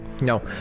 No